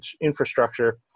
infrastructure